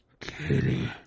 kitty